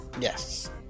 Yes